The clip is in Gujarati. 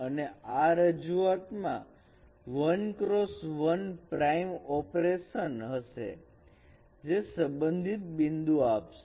અને આ રજૂઆતમાં 1 ક્રોસ 1 પ્રાઇમ ઓપરેશન હશે જે સંબંધિત બિંદુ આપશે